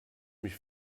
mich